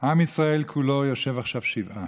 עם ישראל כולו יושב עכשיו שבעה.